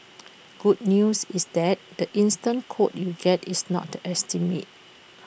good news is that the instant quote you get is not the estimate